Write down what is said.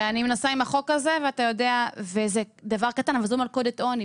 זה דבר קטן אבל זו מלכודת עוני.